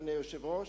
אדוני היושב-ראש,